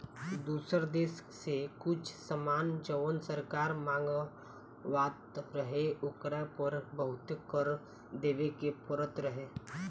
दुसर देश से कुछ सामान जवन सरकार मँगवात रहे ओकरा पर बहुते कर देबे के परत रहे